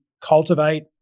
cultivate